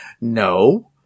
no